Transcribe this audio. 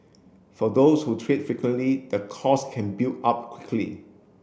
for those who trade frequently the cost can build up quickly